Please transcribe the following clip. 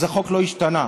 אז החוק לא השתנה,